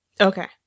Okay